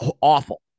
awful